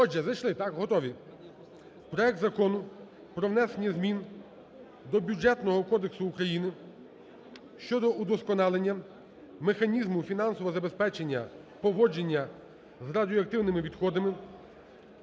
Отже, зайшли, так, готові? Проект Закону про внесення змін до Бюджетного кодексу України щодо удосконалення механізму фінансового забезпечення поводження з радіоактивними відходами